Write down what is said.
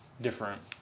different